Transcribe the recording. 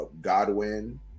Godwin